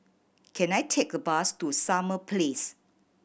can I take a bus to Summer Place